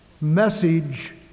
message